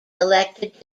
elected